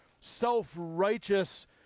self-righteous